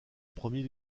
premier